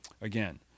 Again